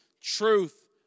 truth